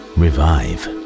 revive